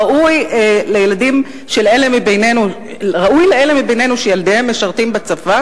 ראוי לאלה מבינינו שילדיהם משרתים בצבא